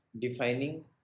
defining